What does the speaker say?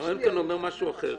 הרעיון כאן אומר משהו אמר.